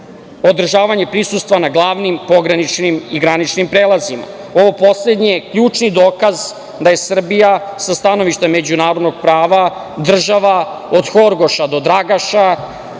održavanje prisustva na glavnim pograničnim i graničnim prelazima. Ovo poslednje je ključni dokaz da je Srbija sa stanovišta međunarodnog prava država od Horgoša do Dragaša,